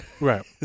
right